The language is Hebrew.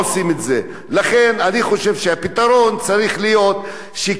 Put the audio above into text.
לכן אני חושב שהפתרון צריך להיות כן ללחוץ על